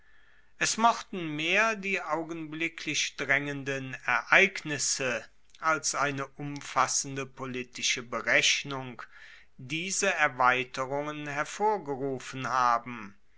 es mochten mehr die augenblicklich draengenden ereignisse als eine umfassende politische berechnung diese erweiterungen hervorgerufen haben